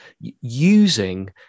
using